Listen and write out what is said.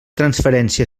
transferència